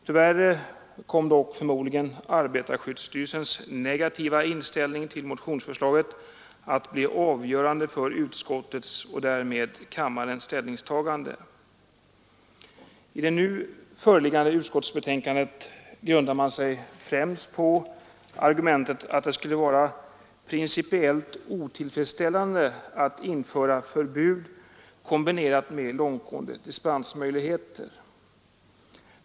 Tyvärr kom dock förmodligen arbetarskyddsstyrelsens negativa inställning till motionsförslaget att bli avgörande för utskottets och därmed kammarens ställningstagande. I det nu föreliggande utskottsbetänkandet stöder man sig främst på argumentet att det skulle vara principiellt otillfredsställande att införa förbud kombinerat med långtgående dispensmöjligheter.